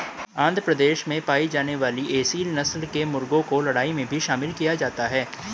आंध्र प्रदेश में पाई जाने वाली एसील नस्ल के मुर्गों को लड़ाई में भी शामिल किया जाता है